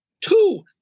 two